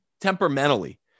temperamentally